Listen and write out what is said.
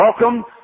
welcome